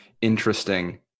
interesting